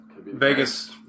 Vegas